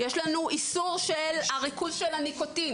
יש לנו איסור של הריכוז של הניקוטין,